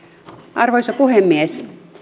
arvoisa puhemies